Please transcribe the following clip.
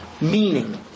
Meaning